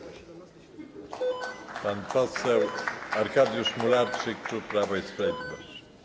Pan poseł Arkadiusz Mularczyk, klub Prawo i Sprawiedliwość.